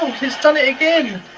he's done it again!